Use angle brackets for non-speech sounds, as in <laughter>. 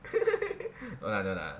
<laughs> no lah no lah